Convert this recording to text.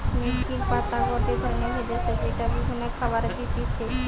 মেথির পাতা গটে ধরণের ভেষজ যেইটা বিভিন্ন খাবারে দিতেছি